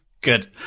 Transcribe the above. Good